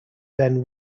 then